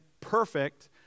perfect